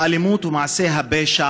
האלימות ומעשי הפשע